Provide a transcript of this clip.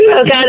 Okay